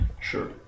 Sure